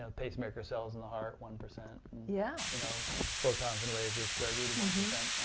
ah pace-maker cells in the heart one percent, yeah you know photons in lasers square-root of one percent.